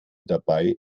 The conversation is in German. dabei